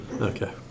Okay